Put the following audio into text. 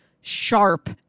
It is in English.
sharp